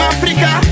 Africa